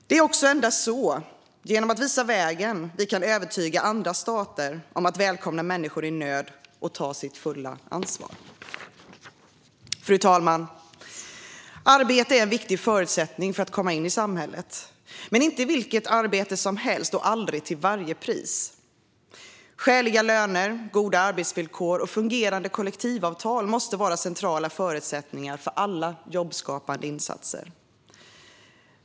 Det är också endast så, genom att visa vägen, vi kan övertyga andra stater om att välkomna människor i nöd och att ta sitt fulla ansvar. Fru talman! Arbete är en viktig förutsättning för att människor ska komma in i samhället, men inte vilket arbete som helst och aldrig till varje pris. Skäliga löner, goda arbetsvillkor och fungerande kollektivavtal måste vara centrala förutsättningar för alla jobbskapande insatser.